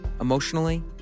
emotionally